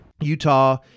Utah